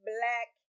Black